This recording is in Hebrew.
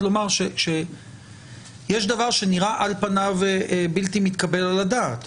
לומר שיש דבר שנראה על פניו בלתי מתקבל על הדעת.